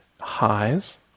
highs